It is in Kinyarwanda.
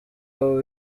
abo